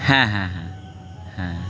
হ্যাঁ হ্যাঁ হ্যাঁ হ্যাঁ